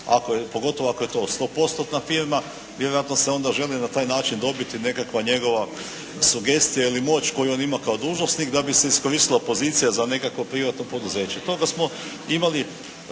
pogotovo ako je to 100%-tna firma vjerojatno se onda želi na taj način dobiti nekakva njegova sugestija ili moć koju on ima kao dužnosnik da bi se iskoristila pozicija za nekakvo privatno poduzeće. Toga smo imali